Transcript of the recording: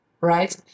right